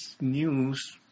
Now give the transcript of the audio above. news